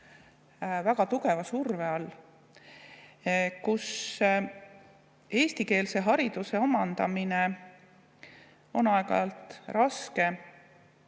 väga tugeva surve all, kus eestikeelse hariduse omandamine on aeg-ajalt raske